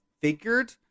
figured